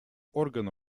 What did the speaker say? органа